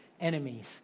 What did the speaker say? enemies